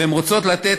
והן רוצות לתת,